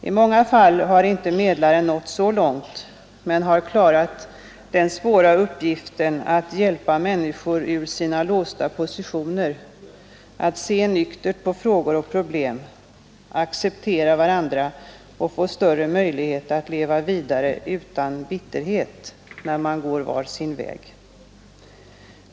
I många fall har inte medlaren nått så långt men har klarat den svåra uppgiften att hjälpa människor ur deras låsta positioner, se nyktert på frågor och problem, acceptera varandra och få större möjlighet att leva vidare utan bitterhet när man går var sin väg.